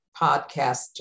podcast